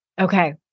Okay